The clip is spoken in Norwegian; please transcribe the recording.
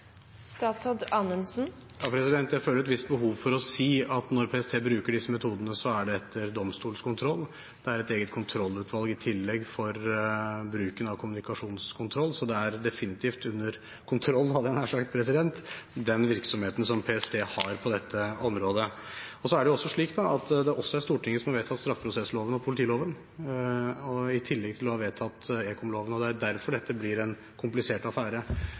Jeg føler et visst behov for å si at når PST bruker disse metodene, er det etter domstolskontroll. Det er i tillegg et eget kontrollutvalg for bruken av kommunikasjonskontroll. Så den er definitivt under kontroll, hadde jeg nær sagt, den virksomheten som PST har på dette området. Så er det også slik at det er Stortinget som har vedtatt straffeprosessloven og politiloven, i tillegg til å ha vedtatt ekomloven, og det er derfor dette blir en komplisert affære.